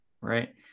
Right